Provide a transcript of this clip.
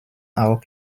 auch